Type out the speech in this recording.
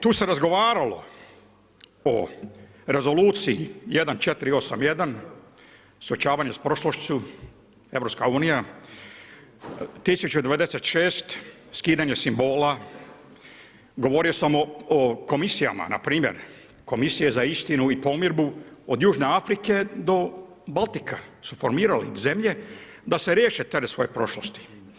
Tu se razgovaralo o rezoluciji 1481 suočavanje s prošlošću EU, 1206 skidanja simbola, govorio sam o komisijama npr. komisije za istinu i pomirbu od južne Afrike do Baltika su formirali zemlje da se riješe tereta svoje prošlosti.